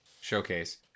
showcase